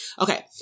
okay